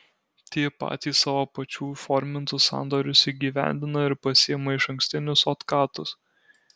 tie patys savo pačių įformintus sandorius įgyvendina ir pasiima išankstinius otkatus